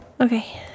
Okay